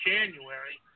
January